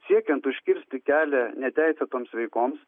siekiant užkirsti kelią neteisėtoms veikoms